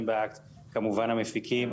זה כולל כמובן גם את המפיקים.